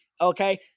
Okay